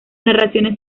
narraciones